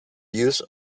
use